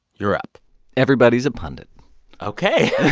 you're up everybody's a pundit ok